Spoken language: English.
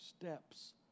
steps